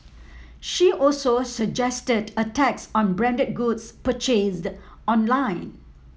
she also suggested a tax on branded goods purchased online